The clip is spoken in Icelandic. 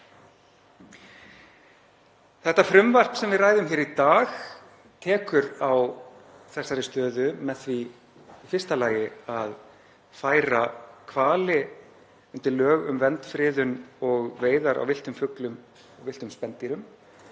Þetta frumvarp sem við ræðum hér í dag tekur á þessari stöðu með því í fyrsta lagi að færa hvali undir lög um vernd, friðun og veiðar á villtum fuglum og villtum spendýrum,